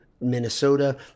Minnesota